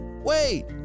wait